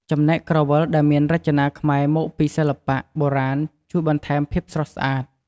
ចំណែកក្រវិលដែលមានរចនាខ្មែរមកពីសិល្បៈបុរាណជួយបន្ថែមភាពស្រស់ស្អាត។